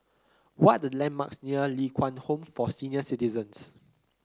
what are the landmarks near Ling Kwang Home for Senior Citizens